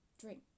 drink